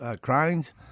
Cranes